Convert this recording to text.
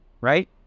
right